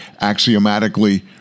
axiomatically